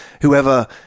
whoever